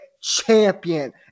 champion